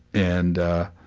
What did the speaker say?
and ah,